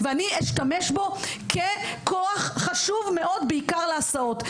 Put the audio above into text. ואני אשתמש בו ככוח חשוב מאוד בעיקר להסעות.